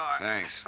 Thanks